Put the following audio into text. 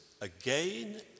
again